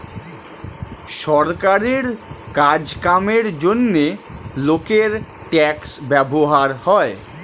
সরকারের কাজ কামের জন্যে লোকের ট্যাক্স ব্যবহার হয়